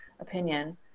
opinion